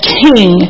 king